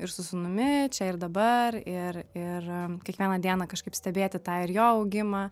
ir su sūnumi čia ir dabar ir ir kiekvieną dieną kažkaip stebėti tą ir jo augimą